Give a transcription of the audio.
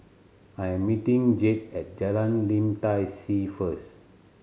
I am meeting Jade at Jalan Lim Tai See first